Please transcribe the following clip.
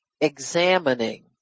examining